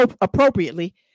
appropriately